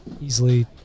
easily